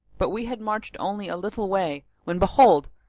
but we had marched only a little way, when behold,